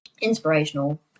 inspirational